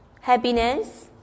happiness